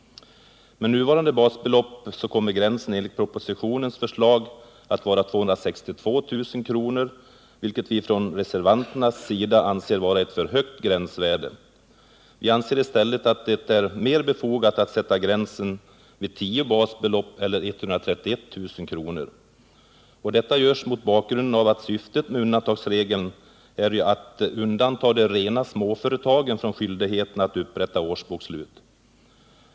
Med nuvarande basbelopp kommer gränsen enligt propositionens förslag att vara 262 000 kronor, vilket vi ifrån reservanternas sida anser vara ett för högt gränsvärde. Vi anser i stället att det är mer befogat att sätta gränsen vid tio basbelopp eller 131 000 kronor. Detta görs mot bakgrunden av att syftet med undantagsregeln är att undanta de rena småföretagen från skyldigheten att upprätta årsbokslut.